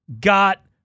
got